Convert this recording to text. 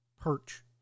perch